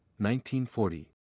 1940